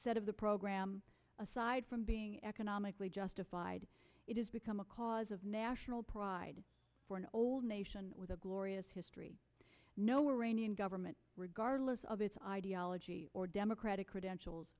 said of the program aside from being economically justified it has become a cause of national pride for an old nation with a glorious history no rainy and government regardless of its ideology or democratic credentials